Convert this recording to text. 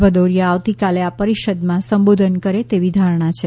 ભદૌરીયા આવતીકાલે આ પરિષદમાં સંબોધન કરે તેવી ધારણા છે